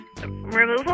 removal